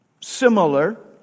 similar